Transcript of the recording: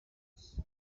res